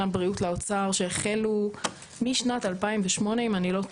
הבריאות לאוצר שהחלו משנת 2008 אם אני לא טועה,